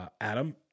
Adam